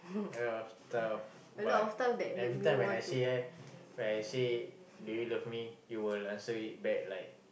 uh after but every time when I say eh when I say do you love me you will answer it back like